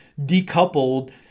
decoupled